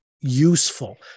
useful